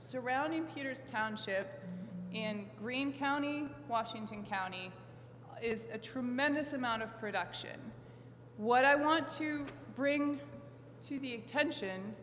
around in peter's township in green county washington county is a tremendous amount of production what i want to bring to the attention